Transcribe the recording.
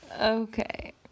Okay